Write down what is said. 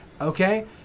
okay